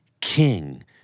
King